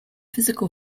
physical